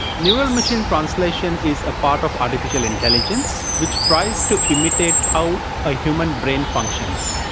neural machine translation is a part of artificial intelligence which tries to imitate how a human brain functions.